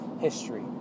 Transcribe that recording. history